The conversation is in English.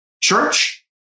church